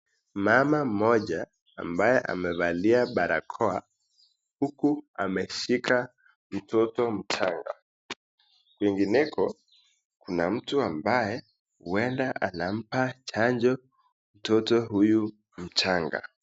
Mama mmoja ambaye amevalia barakoa huku ameshika mtoto mchanga. Kwingineko kuna mtu ambaye huenda anampa chanjo mtoto huyu mchanga.